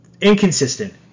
inconsistent